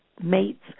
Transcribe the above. mates